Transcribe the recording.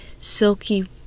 Silky